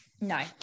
No